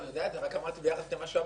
אני יודע את זה רק אמרתי ביחס למה שאמרת,